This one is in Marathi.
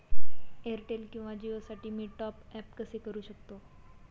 एअरटेल किंवा जिओसाठी मी टॉप ॲप कसे करु शकतो?